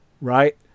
right